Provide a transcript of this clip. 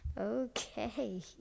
Okay